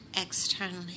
externally